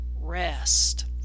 rest